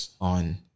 on